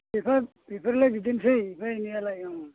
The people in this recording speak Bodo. एफा बेफोरलाय बिदिनोसै एफा एनैयालाय ओं